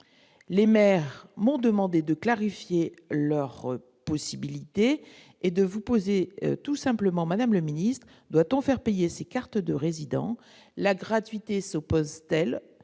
les mères m'ont demandé de clarifier leurs possibilités et de vous poser tout simplement Madame le Ministre, doit-on faire payer ses cartes de résidents, la gratuité s'oppose-t-elle